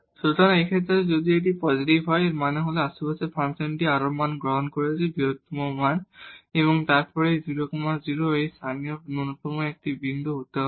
সুতরাং এই ক্ষেত্রে যদি এটি পজিটিভ হয় এর মানে হল আশেপাশে ফাংশনটি আরো মান গ্রহণ করছে বৃহত্তর মান এবং তারপর এই 0 0 একটি লোকাল মিনিমা একটি বিন্দু হতে হবে